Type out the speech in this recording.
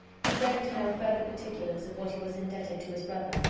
he begged to know further particulars of what he was indebted to his brother,